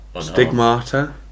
Stigmata